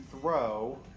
throw